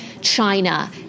China